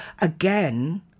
again